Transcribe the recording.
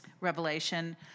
Revelation